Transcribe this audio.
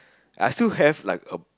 I still have like a